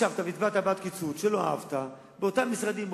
ישבת והצבעת בעד קיצוץ שלא אהבת באותם משרדים,